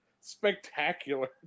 spectacular